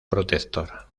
protector